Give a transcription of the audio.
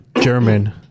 German